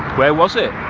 where was it?